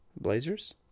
Blazers